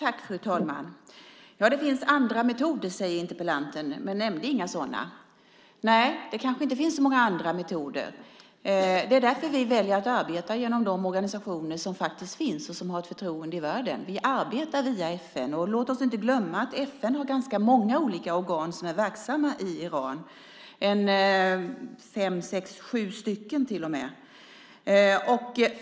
Fru talman! Interpellanten säger att det finns andra metoder men nämnde inga sådana. Nej, det kanske inte finns så många andra metoder. Det är därför vi väljer att arbeta genom de organisationer som finns och som har ett förtroende i världen. Vi arbetar via FN. Låt oss inte glömma att FN har ganska många olika organ som är verksamma i Iran, fem, sex eller sju stycken till och med.